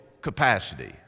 capacity